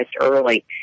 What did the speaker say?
early